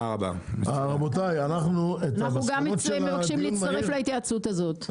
אנחנו גם מבקשים להצטרף להתייעצות הזאת.